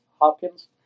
Hopkins